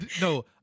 No